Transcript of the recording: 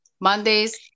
mondays